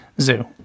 zoo